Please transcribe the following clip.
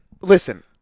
listen